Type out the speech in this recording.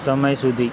સમય સુધી